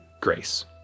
grace